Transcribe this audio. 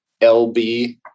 LB